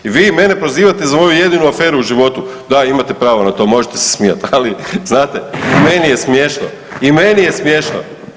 I vi mene prozivate za ovu jedinu aferu u životu, da imate pravo na to, možete se smijat, ali znate i meni je smiješno i meni je smiješno.